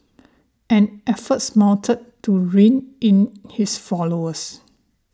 and efforts mounted to rein in his followers